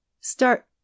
Start